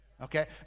Okay